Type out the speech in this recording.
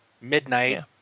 midnight